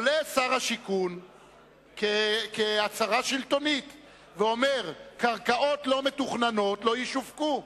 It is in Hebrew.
עולה שר השיכון כהצהרה שלטונית ואומר: קרקעות לא מתוכננות לא ישווקו.